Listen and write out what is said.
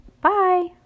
Bye